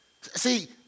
See